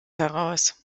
heraus